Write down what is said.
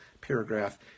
paragraph